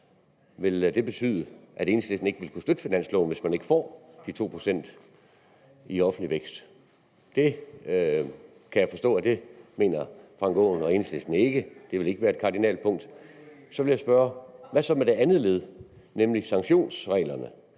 Vil det betyde, at Enhedslisten ikke vil kunne støtte finansloven, hvis man ikke får de 2 pct. i offentlig vækst? Det kan jeg forstå at hr. Frank Aaen og Enhedslisten ikke mener. Det vil ikke være et kardinalpunkt. Så vil jeg spørge: Hvad så med det andet led, nemlig sanktionsreglerne?